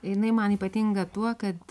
jinai man ypatinga tuo kad